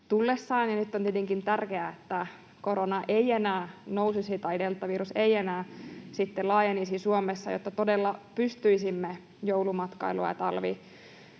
Nyt on tietenkin tärkeää, että korona ei enää nousisi tai deltavirus ei enää sitten laajenisi Suomessa, jotta todella pystyisimme joulumatkailua ja talvikautta